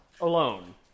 alone